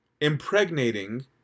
impregnating